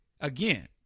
again